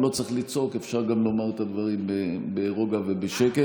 תינוקת בת שנה וחצי,